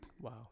wow